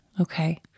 Okay